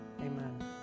amen